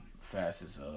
fastest